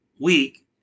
week